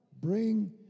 Bring